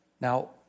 Now